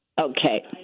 Okay